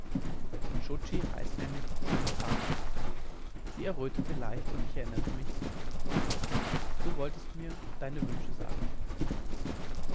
heißt nämlich schöner tag sie errötete leicht und erinnerte mich du wolltest mir deine wünsche sagen